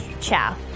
ciao